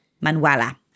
Manuela